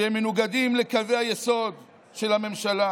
שמנוגדות לקווי היסוד של הממשלה,